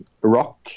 rock